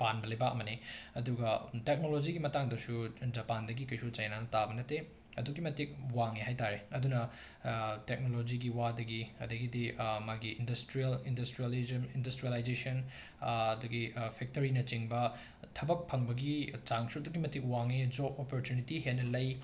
ꯄꯥꯟꯕ ꯂꯩꯕꯥꯛ ꯑꯃꯅꯦ ꯑꯗꯨꯒ ꯇꯦꯛꯅꯣꯂꯣꯖꯤꯒꯤ ꯃꯇꯥꯡꯗꯁꯨ ꯖꯄꯥꯟꯗꯒꯤ ꯀꯩꯁꯨ ꯆꯩꯅꯥꯅ ꯇꯥꯕ ꯅꯠꯇꯦ ꯑꯗꯨꯛꯀꯤ ꯃꯇꯤꯛ ꯋꯥꯡꯉꯦ ꯍꯥꯏ ꯇꯥꯔꯦ ꯑꯗꯨꯅ ꯇꯦꯛꯅꯣꯂꯣꯖꯤꯒꯤ ꯋꯥꯗꯒꯤ ꯑꯗꯒꯤꯗꯤ ꯃꯥꯒꯤ ꯏꯟꯗꯁꯇ꯭ꯔꯤꯌꯦꯜ ꯏꯟꯗꯁꯇ꯭ꯔꯤꯌꯦꯜꯂꯤꯖꯝ ꯏꯟꯗꯁꯇ꯭ꯔꯤꯌꯦꯂꯥꯏꯖꯦꯁꯟ ꯑꯗꯒꯤ ꯐꯦꯛꯇꯔꯤꯅꯆꯤꯡꯕ ꯊꯕꯛ ꯐꯪꯕꯒꯤ ꯆꯥꯡꯁꯨ ꯑꯗꯨꯛꯀꯤ ꯃꯇꯤꯛ ꯋꯥꯡꯉꯤ ꯖꯣꯞ ꯑꯣꯄꯣꯔꯆꯨꯅꯤꯇꯤ ꯍꯦꯟꯅ ꯂꯩ